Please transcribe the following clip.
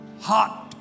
hot